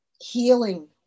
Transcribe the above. healing